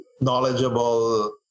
knowledgeable